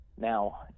Now